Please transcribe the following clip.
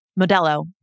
Modelo